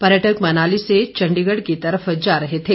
पर्यटक मनाली से चण्डीगढ़ की तरफ जा रहे थे